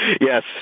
Yes